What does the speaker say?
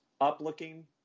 up-looking